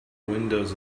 windows